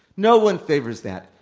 no one favors that.